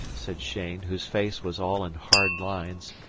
said cheyne, whose face was all in hard lines,